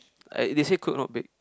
I they say cook not bake